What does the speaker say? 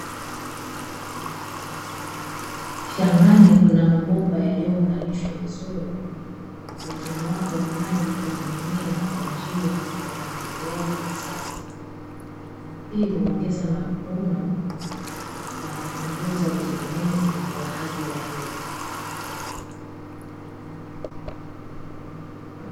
Shambani kuna mabomba yaliyounganishwa vizuri, yakimwaga maji kwenye mimea kwa njia ya umwagiliaji wa kisasa. Hii huongeza mavuno na kupunguza utegemezi wa hali ya hewa.